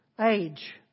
age